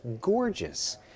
gorgeous